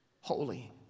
Holy